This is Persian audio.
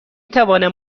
توانم